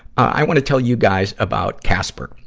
i wanna tell you guys about casper.